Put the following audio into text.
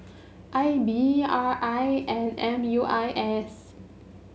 I B R I and M U I S